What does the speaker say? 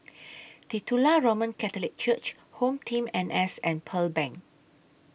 Titular Roman Catholic Church Home Team N S and Pearl Bank